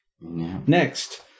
Next